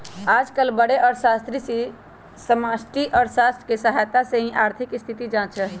आजकल बडे अर्थशास्त्री भी समष्टि अर्थशास्त्र के सहायता से ही आर्थिक स्थिति जांचा हई